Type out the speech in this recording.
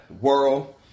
world